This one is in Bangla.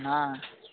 না